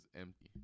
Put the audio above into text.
empty